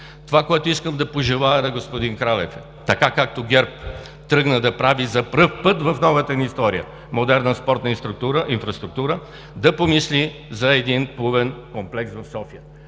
Това, което искам да пожелая на господин Кралев, е, така както ГЕРБ тръгна да прави за първи път в новата ни история модерна спортна инфраструктура, да помисли за един плувен комплекс в София.